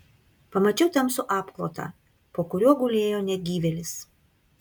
pamačiau tamsų apklotą po kuriuo gulėjo negyvėlis